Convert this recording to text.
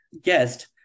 guest